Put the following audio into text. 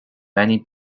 many